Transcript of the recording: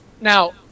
Now